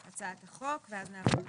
הצעת החוק ואז נעבור להסתייגויות.